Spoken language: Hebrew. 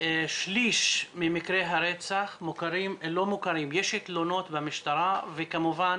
בשליש ממקרי הרצח יש תלונות במשטרה וכמובן